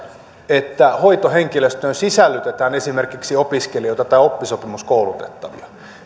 että hoitohenkilöstöön sisällytetään esimerkiksi opiskelijoita tai oppisopimuskoulutettavia